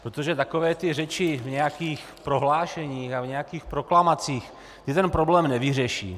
Protože takové ty řeči v nějakých prohlášeních a v nějakých proklamacích, ty ten problém nevyřeší.